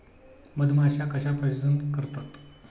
मधमाश्या कशा प्रजनन करतात?